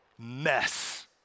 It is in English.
mess